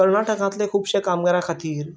कर्नाटकांतले खुबशे कामगारां खातीर